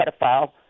pedophile